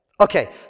Okay